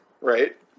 right